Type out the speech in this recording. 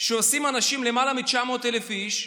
שעושים אנשים, למעלה מ-900,000 איש.